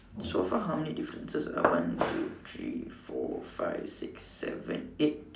so far how many differences ah one two three four five six seven eight